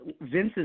Vince's